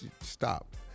stop